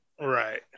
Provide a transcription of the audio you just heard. Right